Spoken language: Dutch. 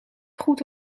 goed